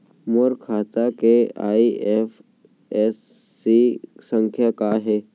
मोर खाता के आई.एफ.एस.सी संख्या का हे?